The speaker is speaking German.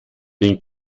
den